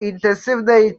intensywnej